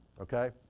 Okay